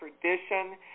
tradition